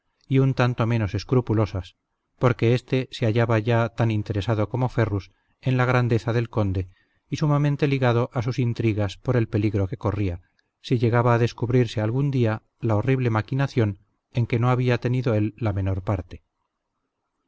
y un tanto menos escrupulosas porque éste se hallaba ya tan interesado como ferrus en la grandeza del conde y sumamente ligado a sus intrigas por el peligro que corría si llegaba a descubrirse algún día la horrible maquinación en que no había tenido él la menor parte